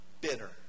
bitter